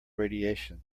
radiation